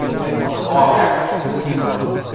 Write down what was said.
and on the law of averages in this one,